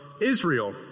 Israel